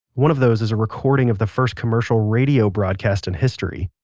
one of those is a recording of the first commercial radio broadcast in history.